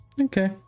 okay